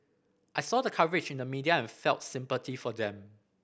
I saw the coverage in the media and I felt sympathy for them